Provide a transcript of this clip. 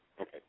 Okay